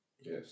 Yes